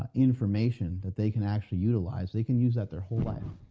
ah information that they can actually utilize, they can use that their whole life a